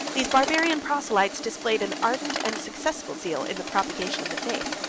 these barbarian proselytes displayed an ardent and successful zeal in the propagation of the faith.